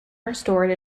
restored